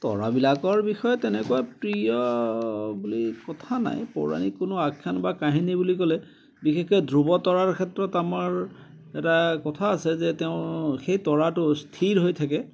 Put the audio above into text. তৰাবিলাকৰ বিষয়ে তেনেকুৱা প্ৰিয় বুলি কথা নাই পৌৰাণিক কোনো আখ্যান বা কাহিনী বুলি ক'লে বিশেষকৈ ধ্ৰুৱতৰাৰ ক্ষেত্ৰত আমাৰ এটা কথা আছে যে তেওঁ সেই তৰাটো স্থিৰ হৈ থাকে